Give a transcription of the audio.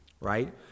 right